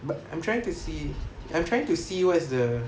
but I'm trying to see I'm trying to see what's the